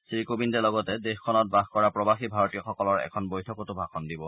শ্ৰীকোবিন্দে লগতে দেশখনত বাস কৰা প্ৰবাসী ভাৰতীয়সকলৰ এখন বৈঠকতো ভাষণ দিব